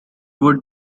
would